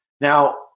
Now-